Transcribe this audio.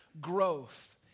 growth